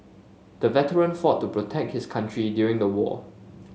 the veteran fought to protect his country during the war